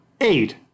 eight